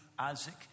Isaac